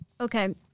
Okay